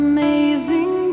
Amazing